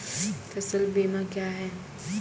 फसल बीमा क्या हैं?